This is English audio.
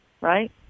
Right